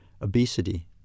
obesity